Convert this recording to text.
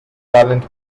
talent